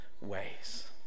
ways